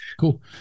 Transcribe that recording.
Cool